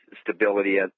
stability